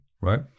right